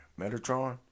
Metatron